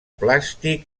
plàstic